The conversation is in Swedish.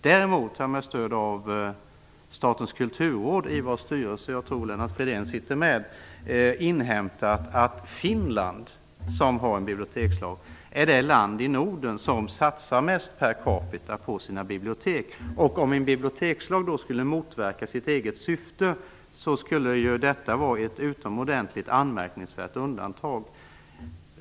Däremot har jag med stöd av Statens kulturråd - i vars styrelse Lennart Fridén sitter - inhämtat att Finland, som har en bibliotekslag, är det land i Norden som satsar mest per capita på sina bibliotek. Om en bibliotekslag då skulle motverka sitt eget syfte, skulle detta vara ett utomordentligt anmärkningsvärt undantag.